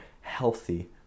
healthy